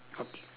okay